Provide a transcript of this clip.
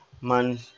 man